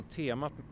temat